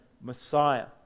Messiah